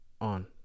on